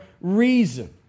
reason